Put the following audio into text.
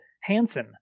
Hansen